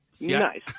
Nice